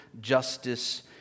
justice